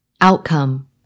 Outcome